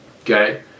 Okay